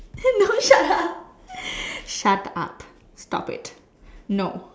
no shut up stop it no